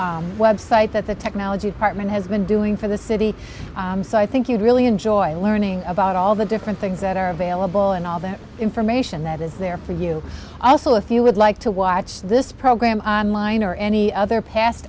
full website that the technology department has been doing for the city so i think you really enjoy learning about all the different things that are available and all the information that is there for you also if you would like to watch this program on line or any other past